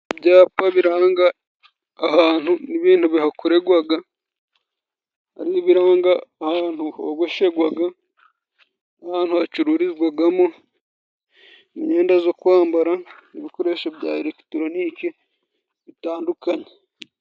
ibyapa biranga ahantu n'bintu bihakorerwa, hari ibiranga ahantu hogosherwa, ahantu hacururizwamo imyenda yo kwambara, ibikoresho bya elegitoroniki bitandukanye.